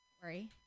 sorry